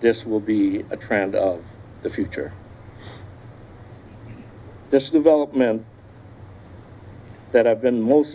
this will be a trend of the future this development that i've been most